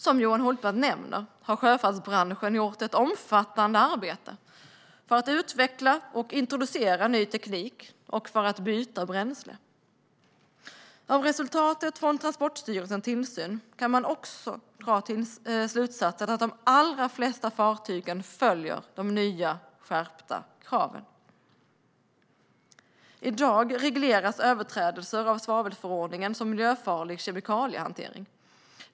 Som Johan Hultberg nämner har sjöfartsbranschen gjort ett omfattande arbete för att utveckla och introducera ny teknik och för att byta bränsle. Av resultatet från Transportstyrelsens tillsyn kan man också dra slutsatsen att de allra flesta fartygen följer de nya skärpta kraven. I dag regleras överträdelser av svavelförordningen som miljöfarlig kemikaliehantering.